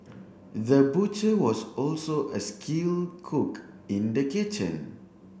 the butcher was also a skill cook in the kitchen